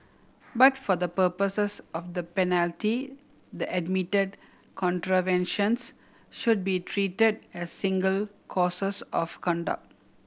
but for the purposes of the penalty the admitted contraventions should be treated as single courses of conduct